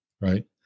Right